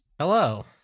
Hello